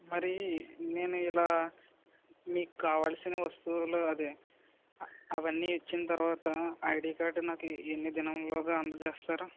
మరి నేను ఇలా మీకు కావలసిన వస్తువులు అదే అవి అన్నీ ఇచ్చిన తర్వాత ఐడి కార్డు నాకు ఎన్ని దినాల లోగా అందజేస్తారు